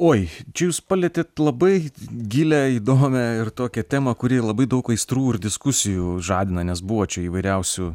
oi čia jūs palietėt labai gilią įdomią ir tokią temą kuri labai daug aistrų ir diskusijų žadina nes buvo čia įvairiausių